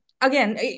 again